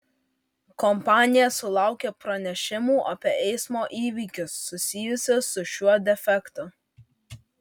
kompanija sulaukė pranešimų apie eismo įvykius susijusius su šiuo defektu